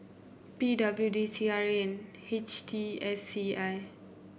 P W D C R A and H T S C I